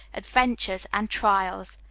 adventures, and trials.